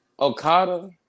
Okada